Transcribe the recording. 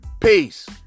peace